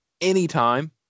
anytime